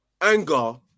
anger